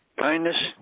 kindness